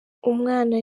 umwana